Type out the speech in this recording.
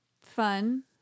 fun